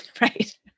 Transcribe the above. Right